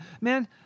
Man